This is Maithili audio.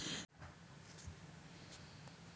मेशी फर्गुसन ट्रैक्टर पर कतेक के ऑफर देल जा सकै छै?